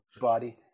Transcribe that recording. body